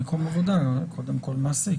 המעסיק.